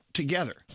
together